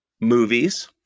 movies